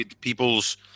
people's